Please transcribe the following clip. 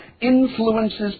influences